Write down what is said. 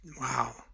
wow